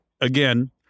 again